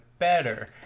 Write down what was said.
better